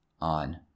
on